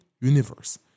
universe